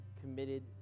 committed